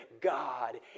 God